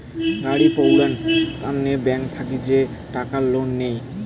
গাড়ি পৌরাই তন্ন ব্যাংকত থাকি যে টাকা লোন নেই